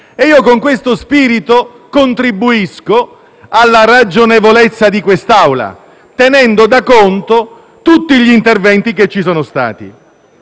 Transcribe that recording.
Io con questo spirito contribuisco alla ragionevolezza di quest'Aula, tenendo da conto tutti gli interventi che ci sono stati.